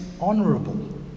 honourable